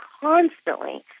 constantly